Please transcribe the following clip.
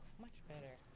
much better.